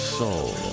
soul